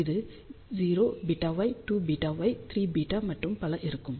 இது 0 βy 2βy 3βமற்றும் பல இருக்கும்